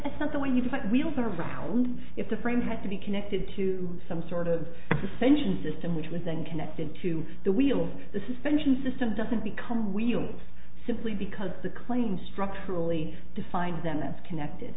that's not the way you put wheels around it the frame has to be connected to some sort of sentient system which was then connected to the wheel the suspension system doesn't become wheels simply because the claim structurally defines them that's connected